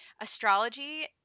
astrology